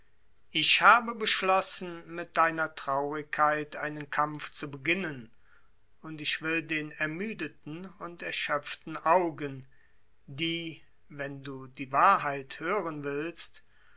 ich habe beschlossen mit deiner traurigkeit einen kampf zu beginnen und ich will den ermüdeten und erschöpften augen die wenn du die wahrheit hören willst